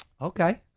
Okay